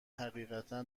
حقیقتا